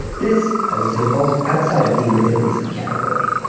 this, i would say, falls outside of the within reason category.